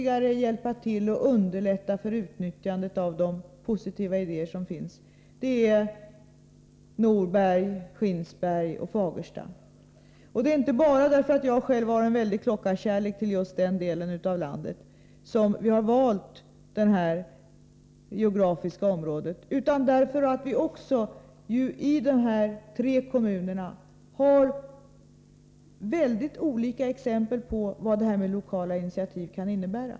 Det gäller ju att underlätta utnyttjandet av de positiva idéer som finns. Att just nämnda orter valts beror inte på att jag själv har stor klockarkärlek för just denna del av landet, utan det beror på att det i de tre kommunerna finns så många exempel på vad det här med lokala initiativ kan innebära.